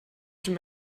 dem